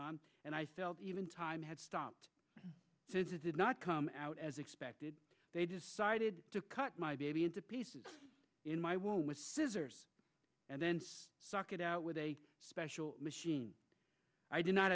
on and i felt even time had stopped because it did not come out as expected they decided to cut my baby into pieces in my womb with scissors and then suck it out with a special machine i do not